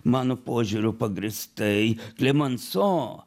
mano požiūriu pagrįstai klemanso